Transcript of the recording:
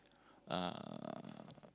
uh